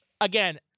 again